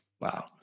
Wow